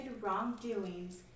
wrongdoings